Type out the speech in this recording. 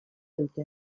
dute